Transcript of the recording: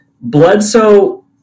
Bledsoe